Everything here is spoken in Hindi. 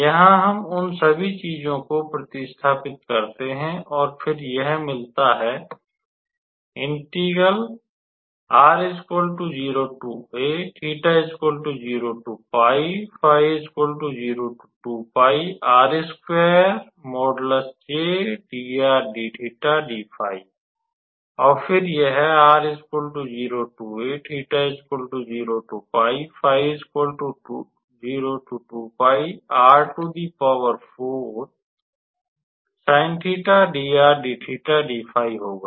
यहाँ हम उन सभी चीजों को प्रतिस्थापित करते हैं और फिर यह मिलता है और फिर यह होगा